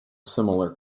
similar